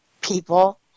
people